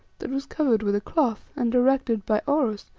that was covered with a cloth, and, directed by oros,